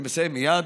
אני מסיים מייד.